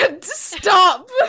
Stop